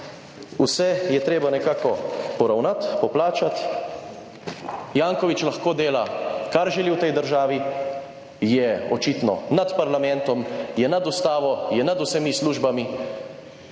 vse je treba nekako poravnati, poplačati. Janković lahko dela, kar želi v tej državi, je očitno nad parlamentom, je nad ustavo, je nad vsemi službami.